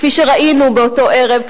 כפי שראינו באותו ערב,